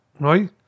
right